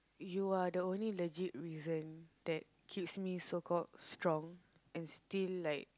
you are the only legit reason that keeps me so called strong and still like